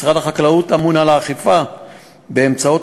משרד החקלאות אמון על האכיפה באמצעות